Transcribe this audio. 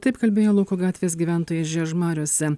taip kalbėjo lauko gatvės gyventojai žiežmariuose